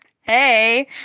Hey